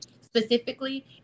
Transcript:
specifically